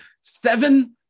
seven